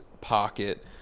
pocket